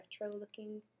retro-looking